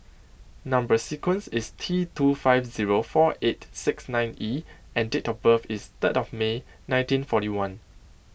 Number Sequence is T two five zero four eight six nine E and date of birth is third of May nineteen forty one